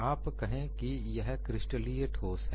आप कहें कि यह क्रिस्टलीय ठोस है